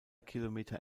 kilometer